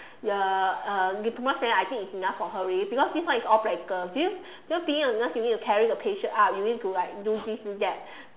you are uh diploma is enough for her already because this one is all practical do do you being a nurse you need to carry the patient up you need to like do this do that